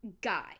guy